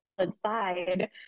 inside